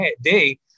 day